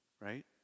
Right